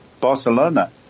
Barcelona